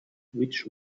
which